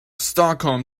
stockholm